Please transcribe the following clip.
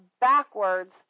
backwards